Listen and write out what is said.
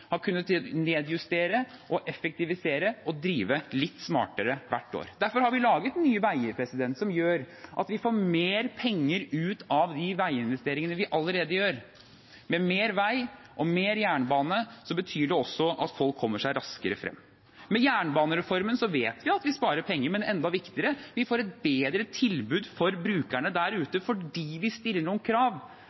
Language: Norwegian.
har kunnet nedjustere, effektivisere og drive litt smartere hvert år. Derfor har vi laget Nye Veier, som gjør at vi får mer penger ut av de veiinvesteringene vi allerede gjør. Mer vei og mer jernbane betyr også at folk kommer seg raskere frem. Med jernbanereformen vet vi at vi sparer penger, men enda viktigere, vi får et bedre tilbud for brukerne der ute fordi vi stiller noen krav